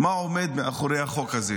מה עומד מאחורי החוק הזה